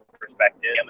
perspective